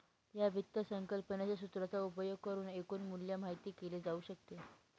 या वित्त संकल्पनेच्या सूत्राचा उपयोग करुन एकूण मूल्य माहित केले जाऊ शकते